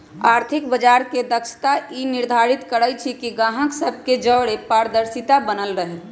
आर्थिक बजार के दक्षता ई निर्धारित करइ छइ कि गाहक सभ के जओरे पारदर्शिता बनल रहे